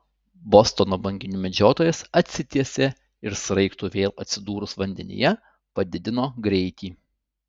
bostono banginių medžiotojas atsitiesė ir sraigtui vėl atsidūrus vandenyje padidino greitį